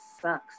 sucks